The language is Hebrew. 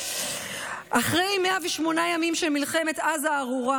אחרי 108 ימים של מלחמת עזה הארורה,